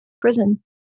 prison